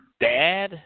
dad